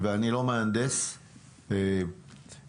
אני לא מהנדס בניין,